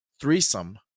threesome